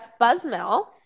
Buzzmill